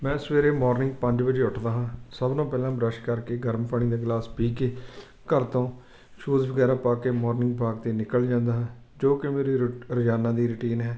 ਮੈਂ ਸਵੇਰੇ ਮੋਰਨਿੰਗ ਪੰਜ ਵਜੇ ਉੱਠਦਾ ਹਾਂ ਸਭ ਨਾਲੋਂ ਪਹਿਲਾਂ ਬਰੱਸ਼ ਕਰਕੇ ਗਰਮ ਪਾਣੀ ਦਾ ਗਿਲਾਸ ਪੀ ਕੇ ਘਰ ਤੋਂ ਸ਼ੂਜ ਵਗੈਰਾ ਪਾ ਕੇ ਮੋਰਨਿੰਗ ਵਾਕ 'ਤੇ ਨਿਕਲ ਜਾਂਦਾ ਹਾਂ ਜੋ ਕਿ ਮੇਰੀ ਰੋ ਰੋਜ਼ਾਨਾ ਦੀ ਰੂਟੀਨ ਹੈ